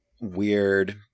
weird